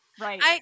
Right